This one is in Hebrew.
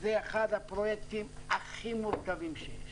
וזה אחד הפרויקטים הכי מורכבים שיש.